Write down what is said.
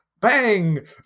bang